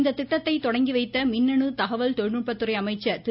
இந்த திட்டத்தை தொடங்கி வைத்த மின்னணு தகவல் தொழில்நுட்ப துறை அமைச்சர் திரு